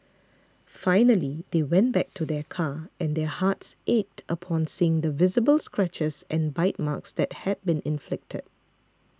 finally they went back to their car and their hearts ached upon seeing the visible scratches and bite marks that had been inflicted